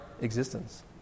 existence